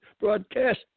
broadcast